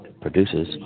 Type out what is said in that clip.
produces